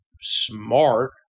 smart